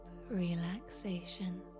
relaxation